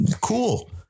cool